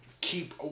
keep